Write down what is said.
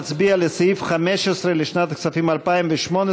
נצביע על סעיף 15 לשנת הכספים 2018,